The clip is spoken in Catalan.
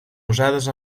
usades